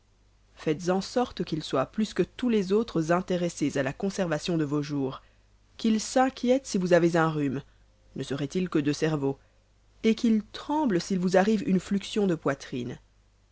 faites en sorte qu'ils soient plus que tous autres intéressés à la conservation de vos jours qu'ils s'inquiètent si vous avez un rhume ne serait-il que de cerveau et qu'ils tremblent s'il vous arrive une fluxion de poitrine